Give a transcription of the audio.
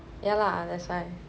ya lah